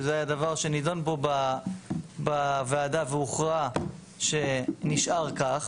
זה הדבר שנידון פה בוועדה והוכרע שנשאר כך,